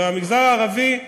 במגזר הערבי,